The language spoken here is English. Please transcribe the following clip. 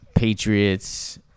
Patriots